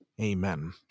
amen